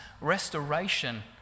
restoration